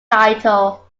title